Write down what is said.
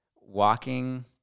walking